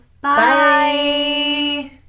Bye